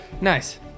Nice